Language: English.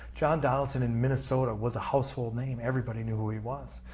john donaldson in minnesota was a household name everybody knew who he was.